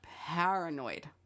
paranoid